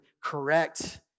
correct